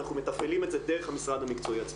אנחנו מתפעלים את זה דרך המשרד המקצועי עצמו.